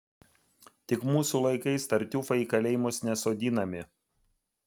tik mūsų laikais tartiufai į kalėjimus nesodinami